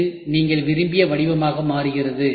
இது நீங்கள் விரும்பிய வடிவமாக மாறுகிறது